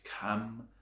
come